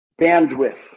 bandwidth